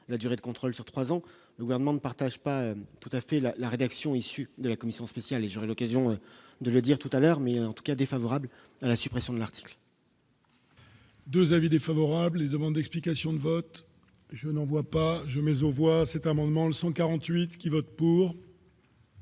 la durée de contrôle sur 3 ans, le gouvernement ne partage pas tout à fait la la rédaction issu de la commission spéciale et j'aurai l'occasion de le dire tout à l'heure, mais en tout cas, défavorables à la suppression de l'article. 2 avis défavorables et demandes d'explications de vote, je n'en vois pas je mais on voit cet amendement 248 qui vote pour.